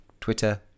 Twitter